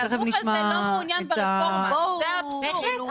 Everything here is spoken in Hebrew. והגוף הזה לא מעוניין ברפורמה, זה האבסורד.